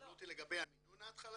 שאלו אותי לגבי המינון ההתחלתי,